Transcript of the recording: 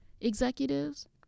executives